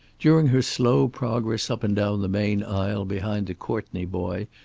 during her slow progress up and down the main aisle behind the courtney boy,